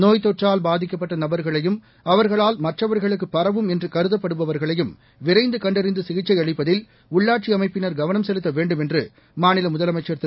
நோய்த் தொற்றால் பாதிக்கப்பட்டநபர்களையும் அவர்களால் பரவும் என்றுகருதப்படுபவர்களையும் விரைந்துகண்டறிந்துசிகிச்சைஅளிப்பதில் உள்ளாட்சிஅமைப்பினர் கவனம் செலுத்தவேண்டும் என்றுமாநிலமுதலமைச்சர் திரு